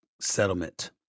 settlement